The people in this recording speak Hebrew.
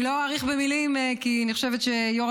ץץץאני לא אאריך במילים כי אני חושבת שיו"ר